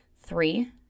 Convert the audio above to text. Three